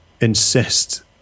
insist